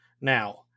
Now